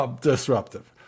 disruptive